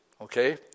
okay